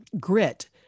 grit